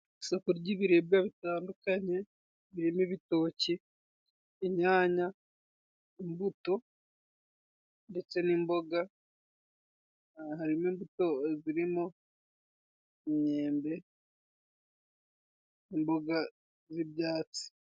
Isoko ry'ibiribwa bitandukanye biri mo ibitoki, inyanya, imbuto ndetse n'imboga, hari mo imbuto ziri mo imyembe, imboga z'ibyatsi.